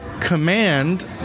command